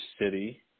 city